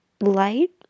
light